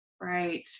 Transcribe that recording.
right